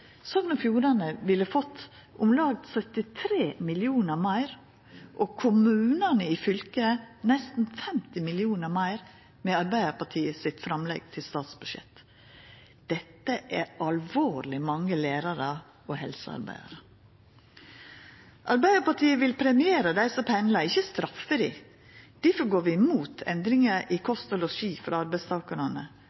Sogn og Fjordane ville fått om lag 73 mill. kr meir og kommunane i fylket nesten 50 mill. kr meir med Arbeidarpartiet sitt framlegg til statsbudsjett. Dette er alvorleg mange lærarar og helsearbeidarar. Arbeidarpartiet vil premiera dei som pendlar, ikkje straffa dei. Difor går vi imot endringa i